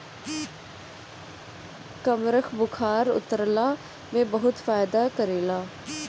कमरख बुखार उतरला में बहुते फायदा करेला